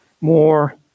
more